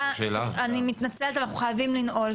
אני מתנצלת אנחנו חייבים לנעול.